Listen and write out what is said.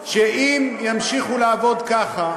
שאם ימשיכו לעבוד ככה,